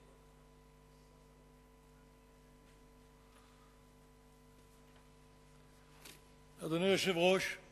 אדוני היושב-ראש,